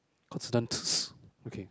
okay